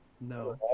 No